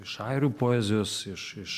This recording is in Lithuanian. iš airių poezijos iš iš